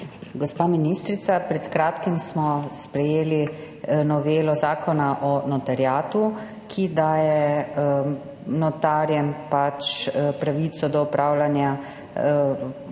Gospa ministrica, pred kratkim smo sprejeli novelo Zakona o notariatu, ki daje notarjem pravico do vpogleda v